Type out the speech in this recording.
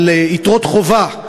על יתרות חובה,